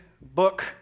book